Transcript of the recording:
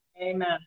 Amen